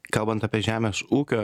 kalbant apie žemės ūkio